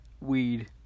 Weed